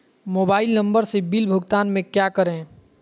Mobile number से bill भुगतान में क्या करें?